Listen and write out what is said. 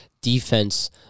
defense